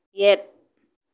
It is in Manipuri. ꯌꯦꯠ